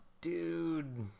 Dude